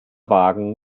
wagen